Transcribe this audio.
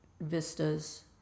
vistas